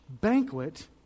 banquet